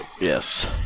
Yes